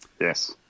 Yes